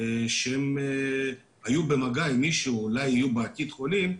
שהם היו במגע עם מישהו ואולי יהיו בעתיד חולים,